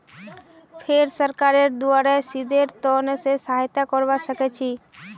फेर सरकारेर द्वारे शोधेर त न से सहायता करवा सीखछी